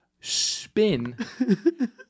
spin